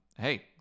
hey